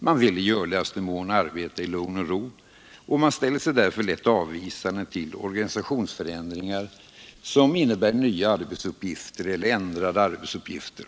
Man vill i görligaste mån arbeta i lugn och ro, och man ställer sig därför avvisande till organisationsförändringar som innebär nya eller ändrade arbetsuppgifter.